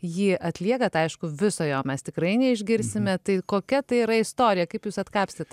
jį atliekat aišku viso jo mes tikrai neišgirsime tai kokia ta yra istorija kaip jūs atkapstėt